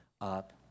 up